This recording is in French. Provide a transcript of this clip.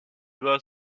bas